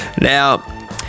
Now